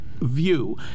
view